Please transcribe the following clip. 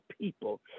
people